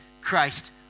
Christ